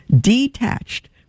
detached